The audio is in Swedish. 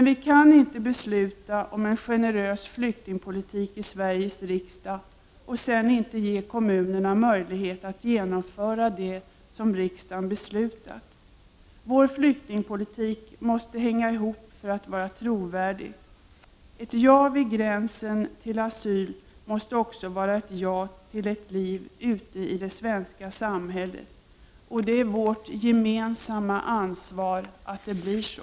Vi kan inte besluta om en generös flyktingpolitik i Sveriges riksdag och sedan inte ge kommunerna möjlighet att genomföra det som riksdagen beslutat. Vår flyktingpolitik måste hänga ihop för att vara trovärdig. Ett ja till asyl måste också vara ett ja till ett liv ute i det svenska samhället. Det är vårt gemensamma ansvar att det blir så.